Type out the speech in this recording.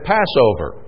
Passover